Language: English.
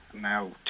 now